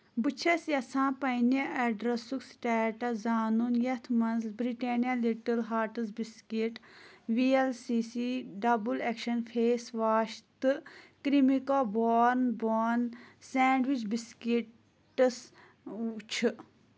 بہٕ چھس یژھان پننہِ ایٚڑرسُک سٹیٹس زانُن یتھ مَنٛز Britannia little hearts biscuit V L C C double action face wash تہٕ Cremica bourbon bourbon sandwich biscuits چھ